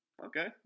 okay